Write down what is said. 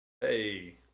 Hey